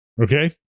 Okay